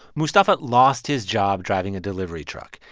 mustafa lost his job driving a delivery truck.